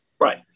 right